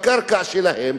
על הקרקע שלהם,